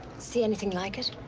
see anything like it?